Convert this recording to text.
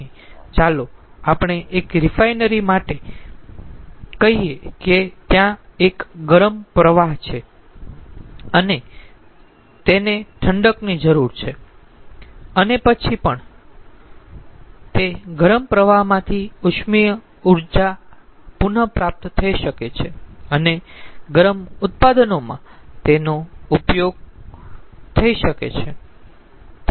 ચાલો આપણે એક રિફાઇનરી માં કહીયે કે ત્યાં એક ગરમ પ્રવાહ છે જેને ઠંડકની જરૂર છે અને તે પછી પણ તે ગરમ પ્રવાહમાંથી ઉષ્મીય ઊર્જા પુનઃ પ્રાપ્ત થઈ શકે છે અને ગરમ ઉત્પાદનોમાં તેનો ઉપયોગ થઈ શકે છે